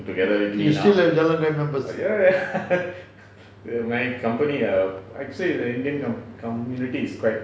you still have jalan kayu members